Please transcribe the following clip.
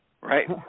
Right